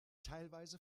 teilweise